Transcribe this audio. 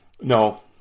no